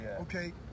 Okay